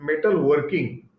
metalworking